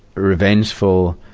revengeful.